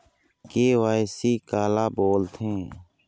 KYC काला बोलथें?